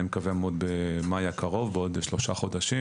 אני מקווה עוד במאי הקרוב בעוד 3 חודשים,